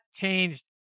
changed